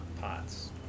pots